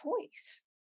choice